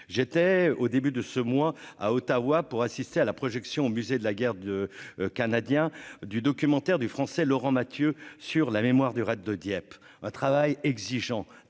j'étais au début de ce mois à Ottawa pour assister à la projection au musée de la guerre de Canadiens du documentaire du Français Laurent Mathieu sur la mémoire du raid de Dieppe, un travail exigeant,